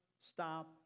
Stop